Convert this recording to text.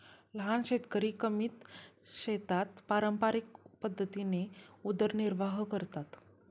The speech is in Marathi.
लहान शेतकरी कमी शेतात पारंपरिक पद्धतीने उदरनिर्वाह करतात